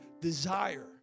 desire